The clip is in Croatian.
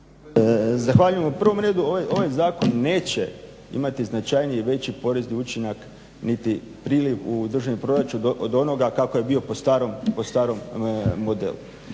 Zahvaljujem. U prvom redu ovaj zakon neće imati značajniji i veći porezni učinak niti priliv u državni proračun od onoga kako je bio po starom modelu.